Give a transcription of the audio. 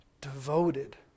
devoted